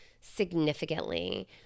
significantly